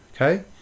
okay